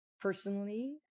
Personally